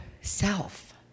self